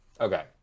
okay